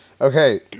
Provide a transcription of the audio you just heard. Okay